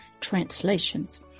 translations